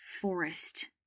forest